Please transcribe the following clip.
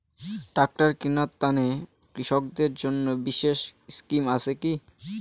Tractor কিনার তানে কৃষকদের জন্য বিশেষ স্কিম আছি কি?